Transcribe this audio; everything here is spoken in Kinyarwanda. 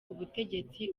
ubutegetsi